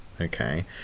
Okay